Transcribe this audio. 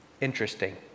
Interesting